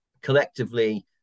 Collectively